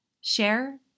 share